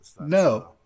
No